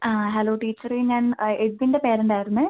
ആ hello teacher ഞാൻ എഡ്വിൻ്റെ പേരൻ്റ് ആയിരുന്നു